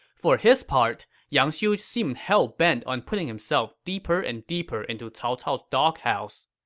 for his part, yang xiu seemed hell bent on putting himself deeper and deeper into cao cao's doghouse.